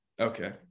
okay